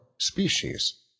species